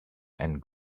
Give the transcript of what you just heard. and